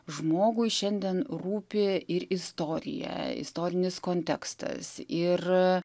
žmogui šiandien rūpi ir istorija istorinis kontekstas ir